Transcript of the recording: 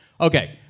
Okay